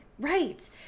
right